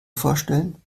vorstellen